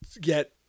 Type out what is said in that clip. get